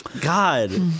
God